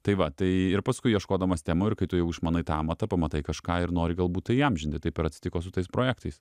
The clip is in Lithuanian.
tai va tai ir paskui ieškodamas temų ir kai tu jau išmanai tą amatą pamatai kažką ir nori galbūt tai įamžinti taip atsitiko su tais projektais